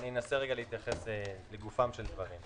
אני אנסה להתייחס לגופם של דברים.